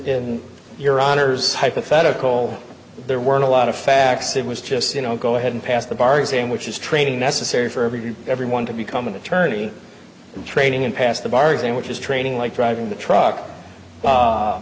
in your honour's hypothetical there weren't a lot of facts it was just you know go ahead and pass the bar exam which is training necessary for everything and everyone to become an attorney in training and pass the bar exam which is training like driving the truck